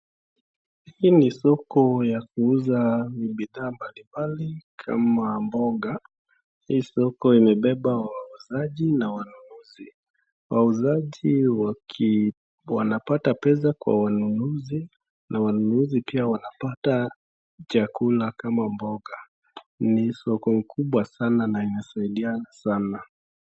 Hii ni soko ya kuuza bidhaa mbalimbali kama mboga .Hii soko imebeba wauzaji na wanunuzi .Wauzaji wanapata pesa kwa wanunuzi na wanunuzi pia wanapata chakula kama mboga .Ni soko kubwa sana na inasidia sana .